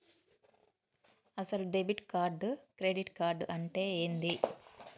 అసలు debit card credit card అంటే ఏంది?